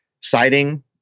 citing